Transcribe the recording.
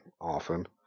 Often